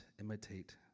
imitate